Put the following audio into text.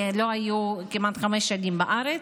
כי לא היו כמעט חמש שנים בארץ.